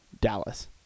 Dallas